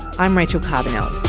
i'm rachel carbonell